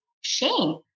shame